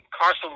Carson